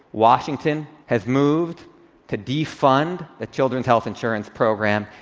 washington has moved to defund the children's health insurance program,